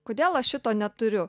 kodėl aš šito neturiu